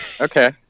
Okay